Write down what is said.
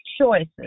choices